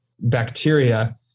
bacteria